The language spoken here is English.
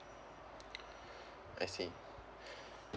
I see